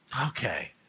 Okay